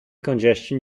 congestion